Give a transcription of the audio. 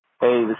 Hey